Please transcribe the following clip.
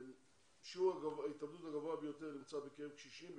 שיעור ההתאבדות הגבוה ביותר נמצא בקרב קשישים,